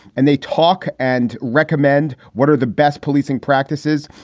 and they talk and recommend. what are the best policing practices?